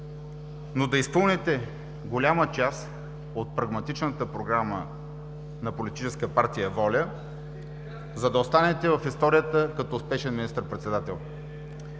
но да изпълните голяма част от прагматичната програма на политическа партия „Воля“, за да останете в историята като успешен министър-председател.